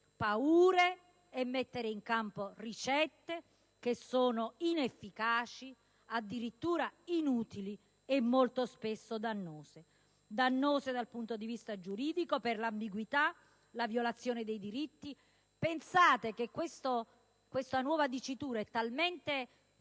paure e mettere in campo ricette che sono inefficaci, addirittura inutili e molto spesso dannose; dannose dal punto di vista giuridico per l'ambiguità e la violazione dei diritti. Pensate che questa nuova formulazione